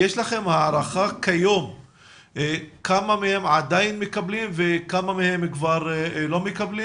יש לכם הערכה כיום כמה מהם עדיין מקבלים וכמה כבר לא מקבלים?